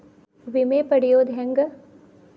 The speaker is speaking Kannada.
ವಿಮೆ ಪಡಿಯೋದ ಹೆಂಗ್?